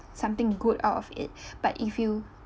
something good out of it but if you